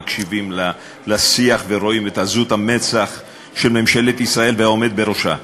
מקשיבים לשיח ורואים את עזות המצח של ממשלת ישראל והעומד בראשה.